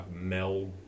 Mel